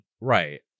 right